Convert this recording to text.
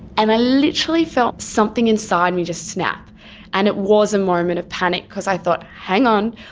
and i literally felt something inside me just snap and it was a moment of panic because i thought, hang on,